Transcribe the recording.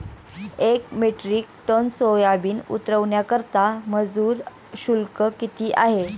एक metric tonne soybean उतरवण्याकरता मजूर शुल्क किती आहे?